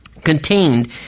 contained